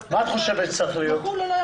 דווקא צריך לבהיר יחול או לא יחול.